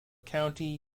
county